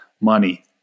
money